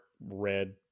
red